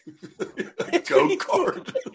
Go-kart